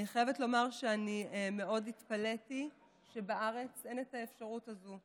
אני חייבת לומר שאני מאוד התפלאתי שבארץ אין את האפשרות הזו.